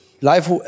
life